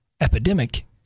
epidemic